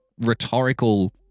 rhetorical